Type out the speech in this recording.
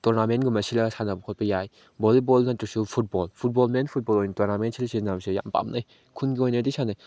ꯇꯣꯔꯅꯥꯃꯦꯟꯒꯨꯝꯕ ꯁꯤꯜꯂꯛꯑ ꯁꯥꯟꯅꯕ ꯈꯣꯠꯄ ꯌꯥꯏ ꯕꯣꯜꯂꯤꯕꯣꯜ ꯅꯠꯇ꯭ꯔꯁꯨ ꯐꯨꯠꯕꯣꯜ ꯐꯨꯠꯕꯣꯜ ꯃꯦꯟ ꯐꯨꯠꯕꯣꯜ ꯑꯣꯏꯅ ꯇꯣꯔꯅꯥꯃꯦꯟ ꯁꯤꯜꯂꯤ ꯃꯌꯥꯝꯁꯦ ꯌꯥꯝ ꯄꯥꯝꯅꯩ ꯈꯨꯟꯒꯤ ꯑꯣꯏꯅꯗꯤ ꯁꯥꯟꯅꯩ